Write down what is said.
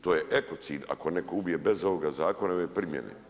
To je ekocid, ako netko ubije bez ovoga zakona i ove primjene.